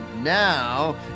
now